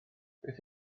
beth